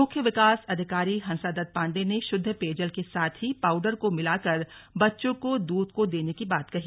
मुख्य विकास अधिकारी हंसादत्त पांडे ने शुद्ध पेयजल के साथ ही पाउडर को मिलाकर बच्चों को दूध को देने की बात कही